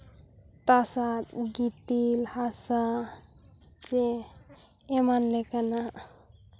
ᱛᱟᱥᱟᱫ ᱜᱤᱛᱤᱞ ᱦᱟᱥᱟ ᱪᱮ ᱮᱢᱟᱱ ᱞᱮᱠᱟᱱᱟᱜ